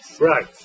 Right